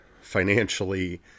financially